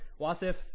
Wasif